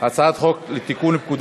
ההצעה להעביר את הצעת חוק לתיקון פקודת